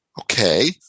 okay